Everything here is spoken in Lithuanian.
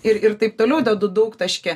ir ir taip toliau dedu daugtaškį